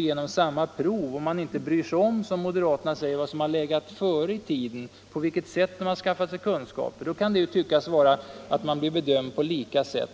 genomgå samma prov, om man som moderaterna inte bryr sig om vad som har legat före i tiden och på vilket sätt vederbörande har skaffat sig kunskaper. Då kan det verka som om man blev bedömd på lika sätt.